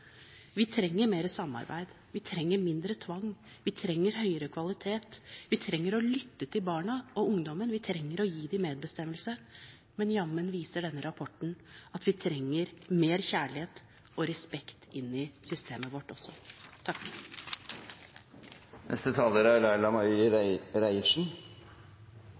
Vi trenger mer samarbeid, vi trenger mindre tvang, vi trenger høyere kvalitet, vi trenger å lytte til barna og ungdommen, vi trenger å gi dem medbestemmelse, men jammen viser denne rapporten at vi trenger mer kjærlighet og respekt i systemet vårt også.